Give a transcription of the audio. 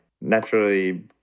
naturally